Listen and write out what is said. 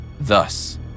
Thus